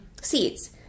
seeds